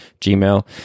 Gmail